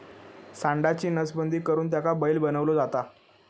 सांडाची नसबंदी करुन त्याका बैल बनवलो जाता